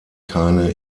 keine